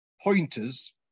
pointers